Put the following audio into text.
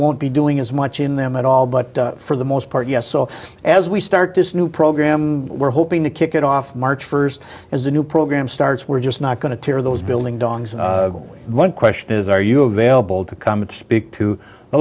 won't be doing as much in them at all but for the most part yes so as we start this new program we're hoping to kick it off march first as the new program starts we're just not going to tear those bill dongs one question is are you available to come and speak to the